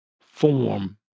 form